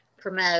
promote